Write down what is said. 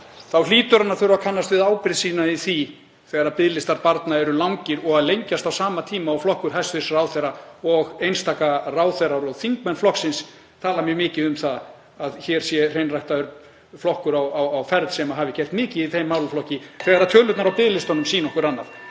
hlýtur hann að þurfa að kannast við ábyrgð sína í því þegar biðlistar barna eru langir og eru að lengjast á sama tíma og flokkur hæstv. ráðherra og einstaka ráðherrar og þingmenn flokksins tala mjög mikið um að hér sé hreinræktaður flokkur á ferð sem hafi gert mikið í þeim málaflokki. Tölurnar á biðlistunum sýna okkur annað.